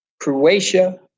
Croatia